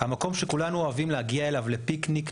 המקום שכולנו אוהבים להגיע אליו לפיקניק,